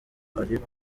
ariko